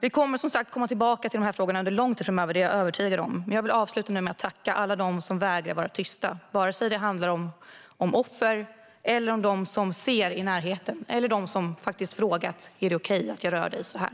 Jag är övertygad om att vi kommer tillbaka till dessa frågor under lång tid framöver. Jag vill avsluta med att tacka alla dem som vägrar att vara tysta, vare sig det handlar om offer, om dem i deras närhet som ser dem eller om dem som faktiskt har frågat: Är det okej att jag rör dig så här?